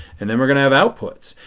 and then we are going to have outputs.